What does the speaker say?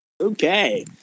Okay